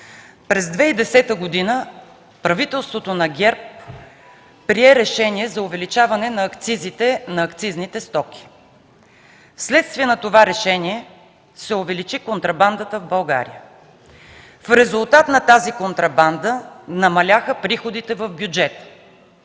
През 2010 г. правителството на ГЕРБ прие решение за увеличаване на акцизите на акцизните стоки. Вследствие на това решение се увеличи контрабандата в България. В резултат на тази контрабанда намаляха приходите в бюджета.